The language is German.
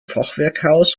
fachwerkhaus